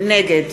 נגד